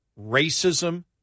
racism